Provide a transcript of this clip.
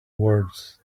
words